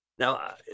Now